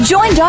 Join